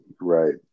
Right